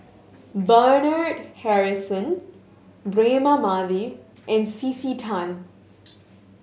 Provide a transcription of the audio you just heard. Bernard Harrison Braema Mathi and C C Tan